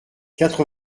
quatre